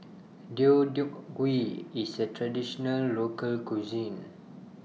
Deodeok Gui IS A Traditional Local Cuisine